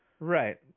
Right